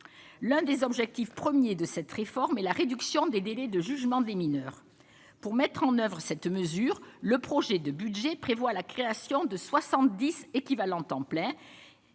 l'un des objectifs premiers de cette réforme et la réduction des délais de jugement des mineurs pour mettre en oeuvre cette mesure, le projet de budget prévoit la création de 70 équivalents temps plein,